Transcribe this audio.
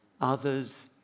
others